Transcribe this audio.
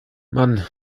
mann